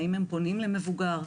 האם הם פונים למבוגר?